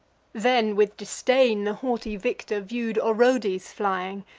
then with disdain the haughty victor view'd orodes flying,